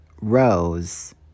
rose